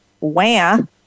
wham